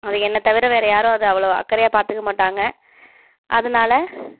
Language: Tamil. அதை என்னை தவிர வேறு யாரும் அதை அவ்வளோ அக்கறையாக பார்த்துக்க மாட்டாங்க அதனால்